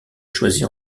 choisir